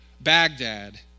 Baghdad